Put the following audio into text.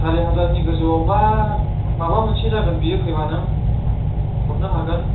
सारि हाजारनि गोजौआवबा माबा मोनसे जागोन बेयो फैबा नों हरनो हागोन